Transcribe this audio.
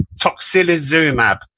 toxilizumab